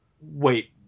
wait